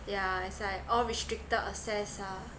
yeah it's like all restricted access ah